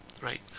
right